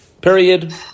Period